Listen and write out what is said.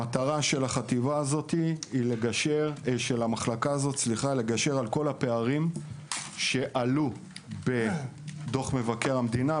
המטרה של המחלקה הזאת היא לגשר על כל הפערים שעלו בדוח מבקר המדינה,